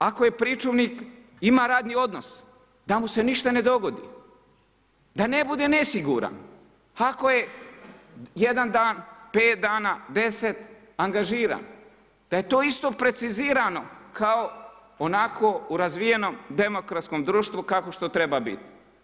Jasno ako pričuvnik ima radni odnos da mu se ništa ne dogodi, da ne bude nesiguran ako je jedan dan, pet dana, deset angažiran, da je to isto precizirano kao onako u razvijenom demokratskom društvo kao što treba biti.